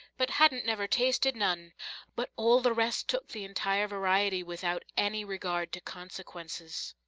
but hadn't never tasted none but all the rest took the entire variety, without any regard to consequences.